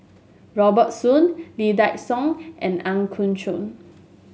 Robert Soon Lee Dai Soh and Ang Yau Choon